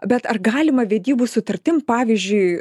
bet ar galima vedybų sutartim pavyzdžiui